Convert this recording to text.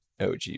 OG